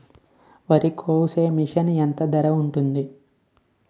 వరి కోసే మిషన్ ధర ఎంత ఉంటుంది?